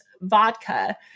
vodka